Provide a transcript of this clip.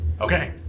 Okay